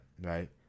right